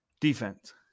defense